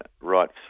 right